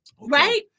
right